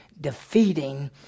defeating